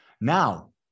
Now